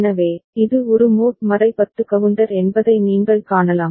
எனவே இது ஒரு மோட் 10 கவுண்டர் என்பதை நீங்கள் காணலாம்